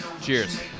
Cheers